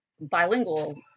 bilingual